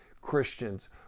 Christians